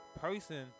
person